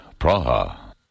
Praha